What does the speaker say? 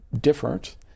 different